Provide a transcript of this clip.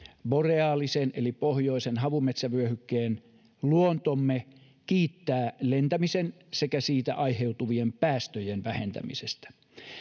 boreaalisen eli pohjoisen havumetsävyöhykkeen luontomme kiittää lentämisen sekä siitä aiheutuvien päästöjen vähentämisestä